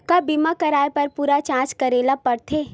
का बीमा कराए बर पूरा जांच करेला पड़थे?